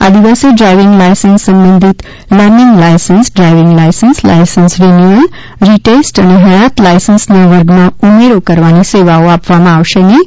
આ દિવસે driving licence સંબંધીત learning licence driving licence licence renewal re test અને હયાત લાયસન્સના વર્ગમાં ઉમેરો કરવાની સેવાઓ આપવામાં આવશે નહીં